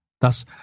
Thus